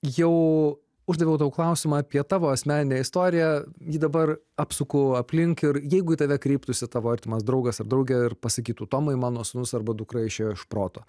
jau uždaviau tau klausimą apie tavo asmeninę istoriją ji dabar apsuku aplink ir jeigu į tave kreiptųsi tavo artimas draugas ar draugė ir pasakytų tomai mano sūnus arba dukra išėjo iš proto